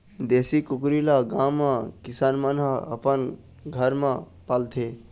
देशी कुकरी ल गाँव म किसान मन ह अपन घर म पालथे